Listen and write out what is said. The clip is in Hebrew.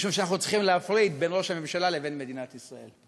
משום שאנחנו צריכים להפריד בין ראש הממשלה לבין מדינת ישראל.